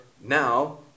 now